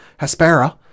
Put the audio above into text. hespera